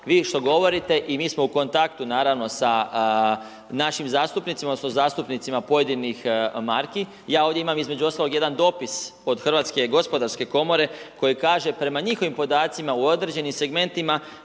vi što govorite i mi smo u kontaktu naravno sa našim zastupnicima, odnosno zastupnicima pojedinih marki. Ja ovdje imam između ostalog jedan dopis od Hrvatske gospodarske komore koji kaže prema njihovim podacima u određenim segmentima